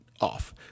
off